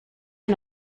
and